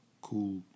cool